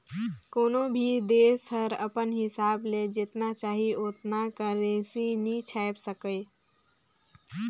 कोनो भी देस हर अपन हिसाब ले जेतना चाही ओतना करेंसी नी छाएप सके